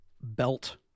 Belt